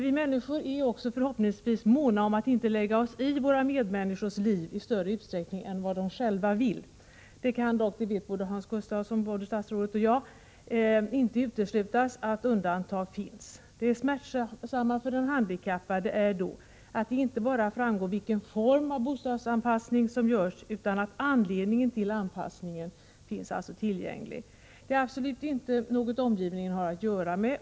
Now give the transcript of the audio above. Vi människor är förhoppningsvis måna om att inte lägga oss i våra medmänniskors liv i större utsträckning än vad de själva vill. Det kan dock — det vet både statsrådet och jag — inte uteslutas att undantag finns. Det smärtsamma för den handikappade är då att det inte bara framgår av de tillgängliga handlingarna vilken form av bostadsanpassning som görs utan också anledningen till anpassningen. Det är något som omgivningen absolut inte har att göra med.